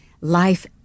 life